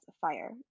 fire